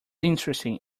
interesting